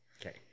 Okay